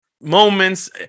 moments